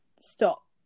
stop